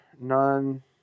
none